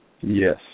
Yes